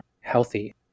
healthy